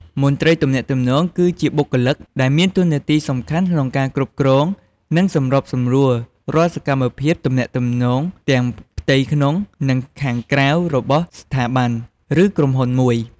មន្ត្រីទំនាក់ទំនងគឺជាបុគ្គលិកដែលមានតួនាទីសំខាន់ក្នុងការគ្រប់គ្រង និងសម្របសម្រួលរាល់សកម្មភាពទំនាក់ទំនងទាំងផ្ទៃក្នុង និងខាងក្រៅរបស់ស្ថាប័ន ឬក្រុមហ៊ុនមួយ។